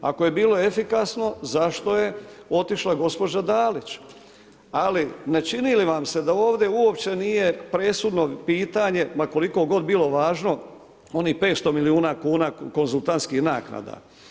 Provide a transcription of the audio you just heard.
Ako je bilo efikasno zašto je otišla gospođa Dalić, ali ne čini li vam se da ovdj uopće nije presudno pitanje, ma koliko god bilo važno, onih 500 milijuna kuna konzultantskih naknada.